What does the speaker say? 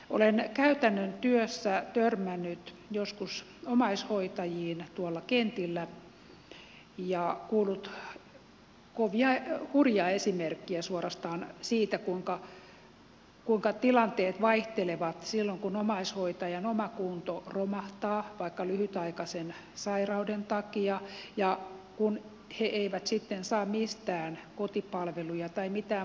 olen käytännön työssä törmännyt joskus omaishoitajiin tuolla kentillä ja kuullut suorastaan hurjia esimerkkejä siitä kuinka tilanteet vaihtelevat silloin kun omaishoitajan oma kunto romahtaa vaikka lyhytaikaisen sairauden takia ja vanhukset eivät sitten saa mistään kotipalveluja tai mitään muutakaan apua